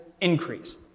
increase